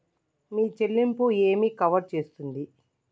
మీ చెల్లింపు ఏమి కవర్ చేస్తుంది?